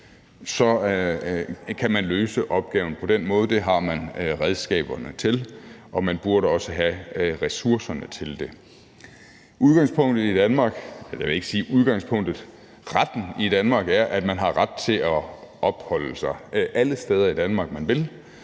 så kan man løse opgaven på den måde. Det har man redskaberne til, og man burde også have ressourcerne til det. Retten i Danmark indebærer, at man har ret til at opholde sig alle steder i Danmark, man vil,